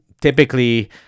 typically